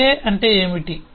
TA అంటే ఏమిటి